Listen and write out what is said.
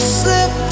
slip